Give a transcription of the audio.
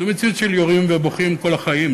זו מציאות של יורים ובוכים כל החיים,